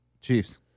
Chiefs